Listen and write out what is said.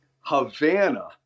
Havana